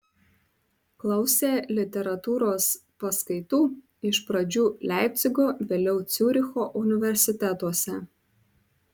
klausė literatūros paskaitų iš pradžių leipcigo vėliau ciuricho universitetuose